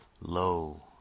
Lo